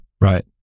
Right